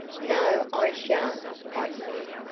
no, i sha'n't, i said.